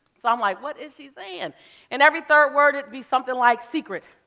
so i'm like, what is she saying? and and every third word it'd be something like secret.